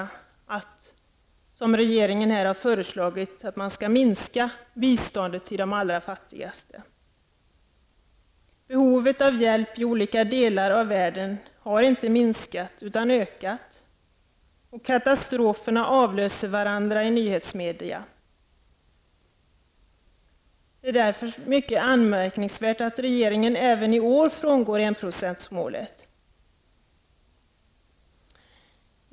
Jag kan inte förstå att det skulle kunna bli reserver av medel liggande någonstans. Behovet av hjälp till olika delar av världen har inte minskat utan ökat. Katastroferna avlöser varandra i nyhetsmedia. Det är därför mycket anmärkningsvärt att regeringen även i år frångår enprocentsmålet.